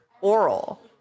oral